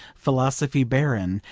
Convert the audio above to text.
philosophy barren,